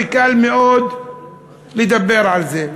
וקל מאוד לדבר על זה,